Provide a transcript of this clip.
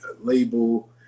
Label